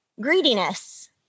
greediness